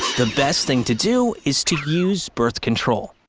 the best thing to do is to use birth control.